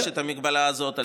יש את ההגבלה הזאת על שליש סיעה.